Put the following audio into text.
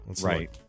Right